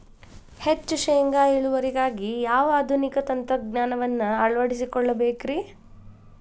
ಹೆಚ್ಚು ಶೇಂಗಾ ಇಳುವರಿಗಾಗಿ ಯಾವ ಆಧುನಿಕ ತಂತ್ರಜ್ಞಾನವನ್ನ ಅಳವಡಿಸಿಕೊಳ್ಳಬೇಕರೇ?